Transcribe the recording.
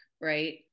Right